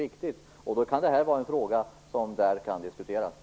Detta kan vara en fråga som kan diskuteras där.